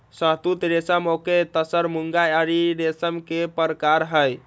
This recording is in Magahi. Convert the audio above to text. शहतुत रेशम ओक तसर मूंगा एरी रेशम के परकार हई